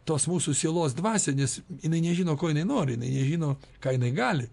tos mūsų sielos dvasia nes jinai nežino ko jinai nori jinai nežino ką jinai gali